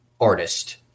artist